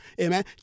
amen